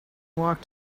walked